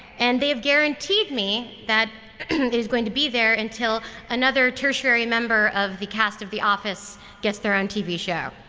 and they have guaranteed me that it is going to be there until another tertiary member of the cast of the office gets their own tv show.